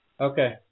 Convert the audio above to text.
okay